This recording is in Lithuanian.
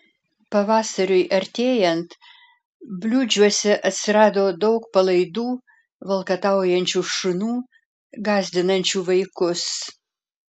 pavasariui artėjant bliūdžiuose atsirado daug palaidų valkataujančių šunų gąsdinančių vaikus